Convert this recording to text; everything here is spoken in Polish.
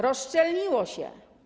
Rozszczelniło się.